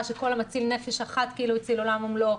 שכל המציל נפש אחת כאילו הציל עולם ומלואו,